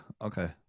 okay